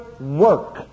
work